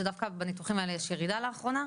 שדווקא בניתוחים האלו יש ירידה לאחרונה,